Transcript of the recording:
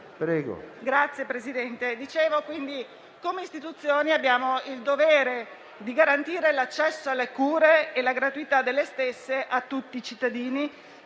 Dicevo che, come istituzioni, abbiamo il dovere di garantire l'accesso alle cure e la gratuità delle stesse a tutti i cittadini,